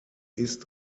ist